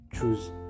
Choose